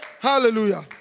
Hallelujah